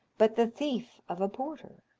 but the thief of a porter.